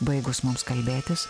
baigus mums kalbėtis